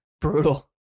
brutal